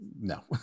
no